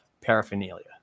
paraphernalia